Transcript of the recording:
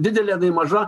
didelė maža